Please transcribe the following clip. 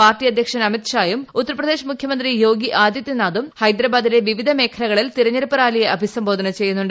party അധ്യക്ഷൻ അമിത്ഷായും ഉത്തർപ്രദേശ് മുഖ്യമന്ത്രി യോഗി ആദിത്യനാഥും ഹൈദരബാദിലെ വിവിധ മേഖല കളിൽ തെരഞ്ഞെടുപ്പ് റാലിയെ അഭിസംബോധന ചെയ്യുന്നുണ്ട്